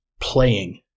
playing